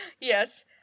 Yes